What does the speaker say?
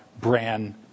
brand